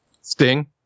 Sting